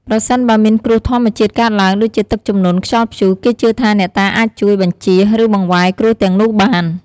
ប្រសិនបើមានគ្រោះធម្មជាតិកើតឡើង ដូចជាទឹកជំនន់ ខ្យល់ព្យុះ គេជឿថាអ្នកតាអាចជួយ បញ្ចៀស ឬបង្វែរគ្រោះទាំងនោះបាន។